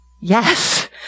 Yes